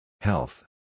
Health